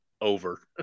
over